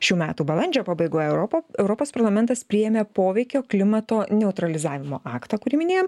šių metų balandžio pabaigoje europo europos parlamentas priėmė poveikio klimato neutralizavimo aktą kurį minėjom